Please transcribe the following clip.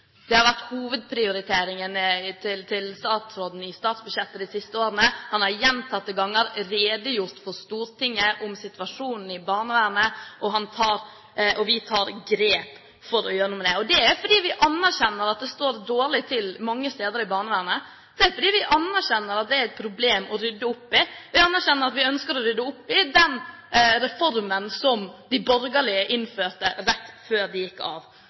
Det har vært hovedprioriteringen til statsråden i statsbudsjettet de siste årene. Han har gjentatte ganger redegjort for Stortinget om situasjonen i barnevernet, og vi tar grep for å gjøre noe med det. Det er fordi vi anerkjenner at det står dårlig til mange steder i barnevernet. Det er fordi vi anerkjenner at det er problem å rydde opp i. Vi anerkjenner at vi ønsker å rydde opp i den reformen som de borgerlige innførte rett før de gikk av.